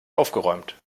aufgeräumt